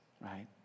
right